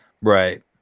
right